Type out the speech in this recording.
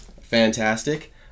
Fantastic